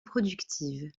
productive